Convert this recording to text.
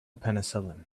penicillin